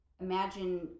imagine